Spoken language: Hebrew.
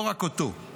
לא רק אותו,